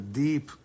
deep